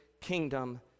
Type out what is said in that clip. kingdom